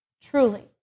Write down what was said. truly